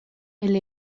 elle